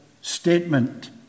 statement